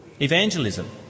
evangelism